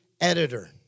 editor